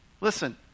listen